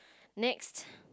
next